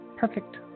perfect